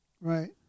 right